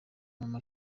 mama